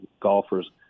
golfers